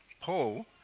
Paul